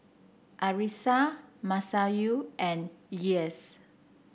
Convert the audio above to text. Arissa Masayu and Elyas